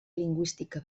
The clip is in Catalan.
lingüística